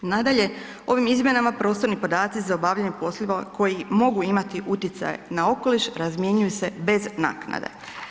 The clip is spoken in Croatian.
Nadalje, ovim izmjenama prostorni podaci za obavljanje poslova koji mogu imati utjecaj na okoliš razmjenjuju se bez naknade.